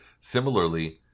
Similarly